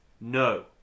No